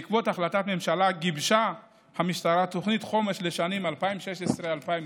בעקבות החלטת הממשלה גיבשה המשטרה תוכנית חומש לשנים 2016 2020,